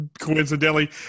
coincidentally